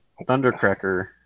Thundercracker